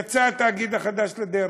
יצא התאגיד החדש לדרך.